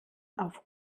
auf